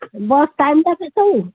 bus ଟାଇମ୍ଟା କେତେ